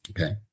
okay